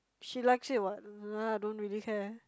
she likes it what I don't really care